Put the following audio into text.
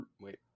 wait